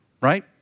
Right